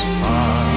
far